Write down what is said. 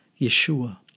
Yeshua